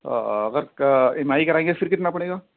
اگر MRI کرائیں گے پھر کتنا پڑے گا